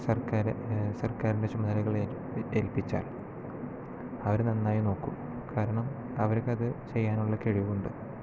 സർക്കാർ സർക്കാരിൻ്റെ ചുമതലകൾ ഏൽപ്പിച്ചാൽ അവർ നന്നായി നോക്കും കാരണം അവർക്കത് ചെയ്യാനുള്ള കഴിവുണ്ട്